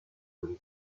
when